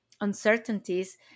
uncertainties